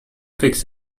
fix